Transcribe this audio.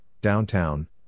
Downtown